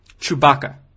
Chewbacca